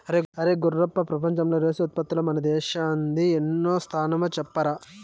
అరే గుర్రప్ప ప్రపంచంలో రైసు ఉత్పత్తిలో మన దేశానిది ఎన్నో స్థానమో చెప్పరా